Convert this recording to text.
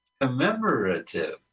commemorative